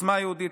לעוצמה יהודית,